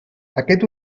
aquest